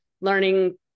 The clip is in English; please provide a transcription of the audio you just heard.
learning